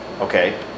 Okay